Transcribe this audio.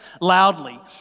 loudly